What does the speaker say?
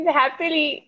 happily